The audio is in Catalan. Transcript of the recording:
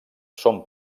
són